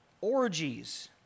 orgies